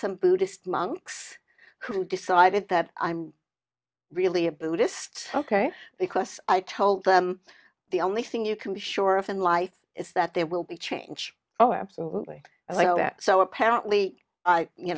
some buddhist monks who decided that i'm really a buddhist ok because i told them the only thing you can be sure of in life is that there will be change oh absolutely and so apparently you